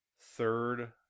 third